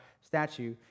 statue